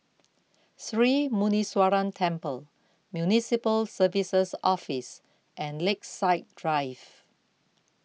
Sri Muneeswaran Temple Municipal Services Office and Lakeside Drive